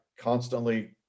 constantly